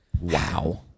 Wow